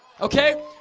okay